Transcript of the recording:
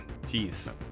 Jeez